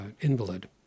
invalid